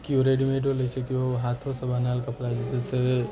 केओ रेडीमेडो लै छै केओ हाथोसँ बनायल कपड़ा जे छै से